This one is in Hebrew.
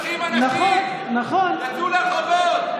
יצאו לרחובות.